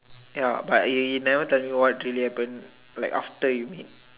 ya but he he never tell me like what really happen like after you meet